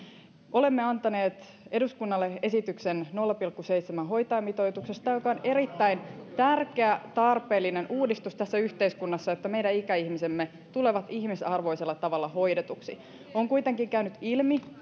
olemme antaneet eduskunnalle esityksen nolla pilkku seitsemän hoitajamitoituksesta joka on erittäin tärkeä tarpeellinen uudistus tässä yhteiskunnassa niin että meidän ikäihmisemme tulevat ihmisarvoisella tavalla hoidetuiksi on kuitenkin käynyt ilmi